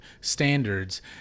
standards